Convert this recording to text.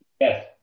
Yes